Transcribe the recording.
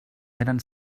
eren